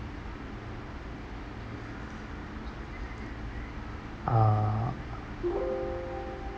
uh